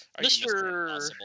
Mr